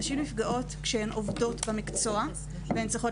נשים נפגעות כשהן עובדות במקצוע והן צריכות